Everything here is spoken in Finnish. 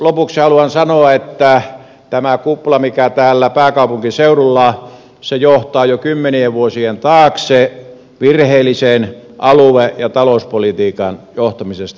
lopuksi haluan sanoa että tämä kupla mikä täällä pääkaupunkiseudulla on johtaa jo kymmenien vuosien taakse virheelliseen alue ja talouspolitiikan johtamiseen tässä maassa